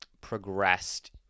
progressed